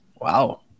Wow